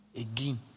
again